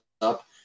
up